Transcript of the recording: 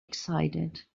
excited